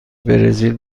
برزیل